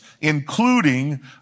including